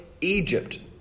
Egypt